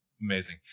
Amazing